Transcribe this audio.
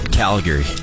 Calgary